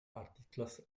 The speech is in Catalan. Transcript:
articles